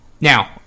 Now